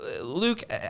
Luke